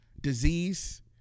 disease